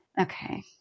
Okay